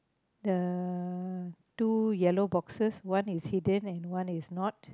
the two yellow boxes one is hidden and one is not